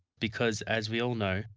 because as we all know,